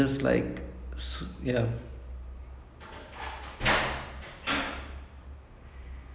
actually normally biography movies are kind of nice because you already have a story line